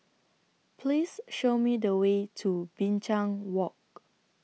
Please Show Me The Way to Binchang Walk